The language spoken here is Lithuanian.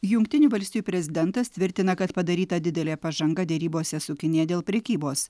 jungtinių valstijų prezidentas tvirtina kad padaryta didelė pažanga derybose su kinija dėl prekybos